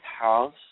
house